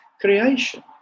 creation